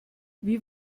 wie